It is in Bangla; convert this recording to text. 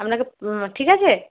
আপনাকে ঠিক আছে